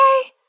okay